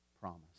promise